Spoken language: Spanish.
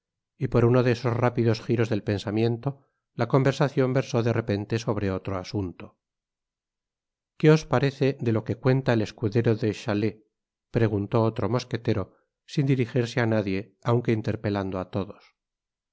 y por uno de esos rápidos giros del pensamiento la conversacion versó de repente sobre otro asunto content from google book search generated at qué parece de que cüeílta el escudero de chaláis preguntó otro mosquetero siti diríjirsé á nadie aunque interpelando á todos